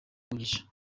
umugisha